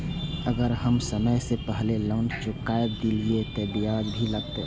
अगर हम समय से पहले लोन चुका देलीय ते ब्याज भी लगते?